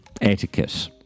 Etiquette